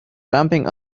jumping